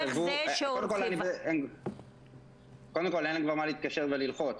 קודם כל, אין כבר מה להתקשר וללחוץ.